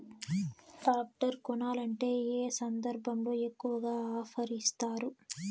Tractor కొనాలంటే ఏ సందర్భంలో ఎక్కువగా ఆఫర్ ఇస్తారు?